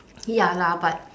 ya lah but